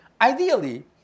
Ideally